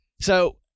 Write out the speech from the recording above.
So-